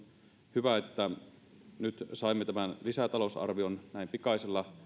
hyvä että nyt saimme tämän lisätalousarvion näin pikaisella